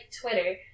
Twitter